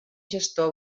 gestor